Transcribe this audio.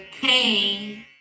pain